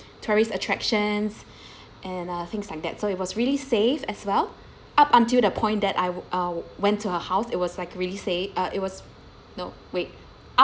tourist attractions and uh things like that so it was really safe as well up until the point that I I went to her house it was like really safe uh it was no wait